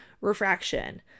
refraction